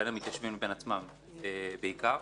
בין המתיישבים לעצמם בעיקר.